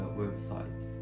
website